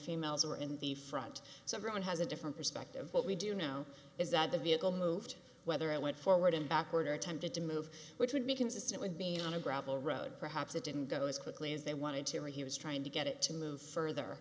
females are in the front so everyone has a different perspective what we do know is that the vehicle moved whether it went forward and backward or attempted to move which would be consistent with being on a gravel road perhaps it didn't go as quickly as they wanted to or he was trying to get it to move further